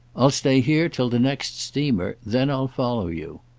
i'll stay here till the next steamer then i'll follow you.